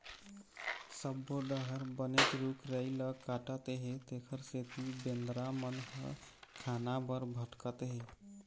सब्बो डहर बनेच रूख राई ल काटत हे तेखर सेती बेंदरा मन ह खाना बर भटकत हे